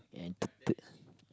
and third third